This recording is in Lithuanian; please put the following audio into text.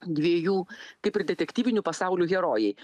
dviejų kaip ir detektyvinių pasaulių herojai